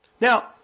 Now